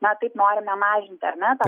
na taip norime mažinti ar ne tą